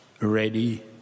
ready